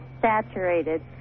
saturated